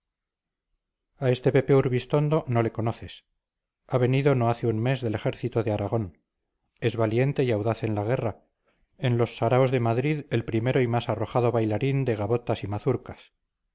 a este pepe urbistondo no le conoces ha venido no hace un mes del ejército de aragón es valiente y audaz en la guerra en los saraos de madrid el primero y más arrojado bailarín de gavotas y mazurcas